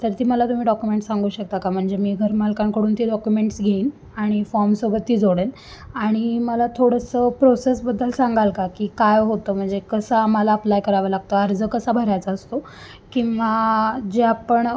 तर ती मला तुम्ही डॉक्युमेंट सांगू शकता का म्हणजे मी घर मालकांकडून ते डॉक्युमेंट्स घेईन आणि फॉर्मसोबत ती जोडेन आणि मला थोडंसं प्रोसेसबद्दल सांगाल का की काय होतं म्हणजे कसा आम्हाला अप्लाय करावं लागतं अर्ज कसा भरायचा असतो किंवा जे आपण